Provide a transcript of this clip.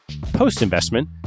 Post-investment